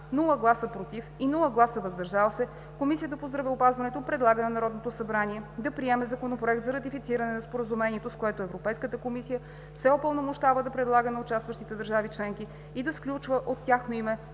без против и въздържали се Комисията по здравеопазването предлага на Народното събрание да приеме Законопроект за ратифициране на Споразумението, с което Европейската комисия се упълномощава да предлага на участващите държави членки и да сключва от тяхно име